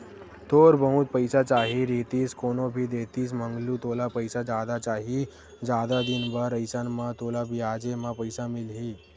थोर बहुत पइसा चाही रहितिस कोनो भी देतिस मंगलू तोला पइसा जादा चाही, जादा दिन बर अइसन म तोला बियाजे म पइसा मिलही